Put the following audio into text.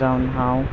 जावन हांव